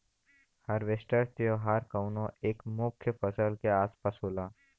harvest त्यौहार कउनो एक मुख्य फसल के आस पास होला